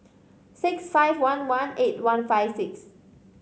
six five one one eight one five six